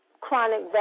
chronic